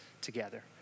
together